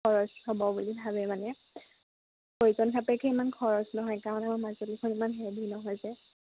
খৰচ হ'ব বুলি ভাবে মানে প্ৰয়োজন সাপেক্ষে ইমান খৰচ নহয় কাৰণ আমাৰ মাজুলীখন ইমান হেভি নহয় যে